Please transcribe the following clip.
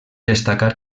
destacar